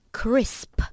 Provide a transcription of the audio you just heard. crisp